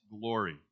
glory